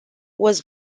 was